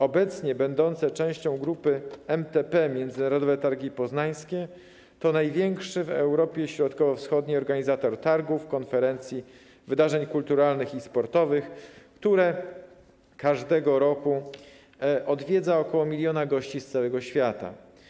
Obecnie będące częścią Grupy MTP Międzynarodowe Targi Poznańskie to największy w Europie Środkowo-Wschodniej organizator targów, konferencji, wydarzeń kulturalnych i sportowych, które każdego roku odwiedza około miliona gości z całego świata.